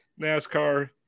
NASCAR